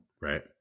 right